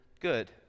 good